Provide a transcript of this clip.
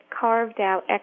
carved-out